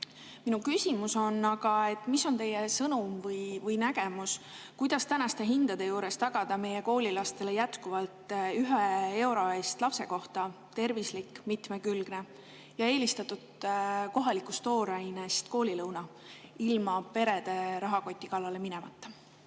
Minu küsimus on: mis on teie sõnum või nägemus, kuidas tänaste hindade juures tagada meie koolilastele edaspidigi 1 euro eest lapse kohta tervislik, mitmekülgne ja eelistatult kohalikust toorainest koolilõuna ilma perede rahakoti kallale minemata?